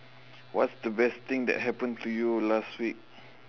what's the best thing that happened to you last week